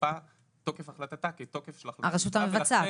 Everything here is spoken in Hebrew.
שתוקף החלטתה כתוקף של החלטה --- הרשות המבצעת,